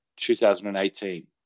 2018